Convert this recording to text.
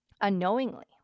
unknowingly